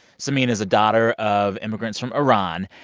samin is a daughter of immigrants from iran.